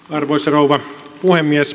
arvoisa rouva puhemies